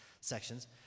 sections